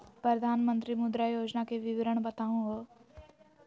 प्रधानमंत्री मुद्रा योजना के विवरण बताहु हो?